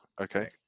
Okay